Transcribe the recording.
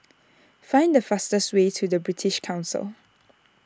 find the fastest way to British Council